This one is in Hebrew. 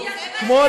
כמו,